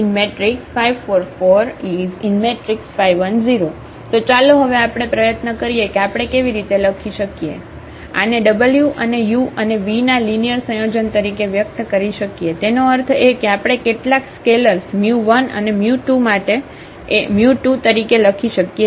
5 4 4 5 1 0 તો ચાલો હવે આપણે પ્રયત્ન કરીએ કે આપણે કેવી રીતે લખી શકીએ છીએ આને w અને u અને vના લિનિયર સંયોજન તરીકે વ્યક્ત કરી શકીએ તેનો અર્થ એ કે આપણે કેટલાક સ્કેલર્સ 1 અને2 માટે 2 તરીકે લખી શકીએ છીએ